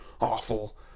awful